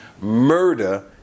murder